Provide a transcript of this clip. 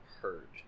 hurt